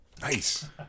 Nice